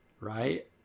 right